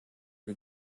wir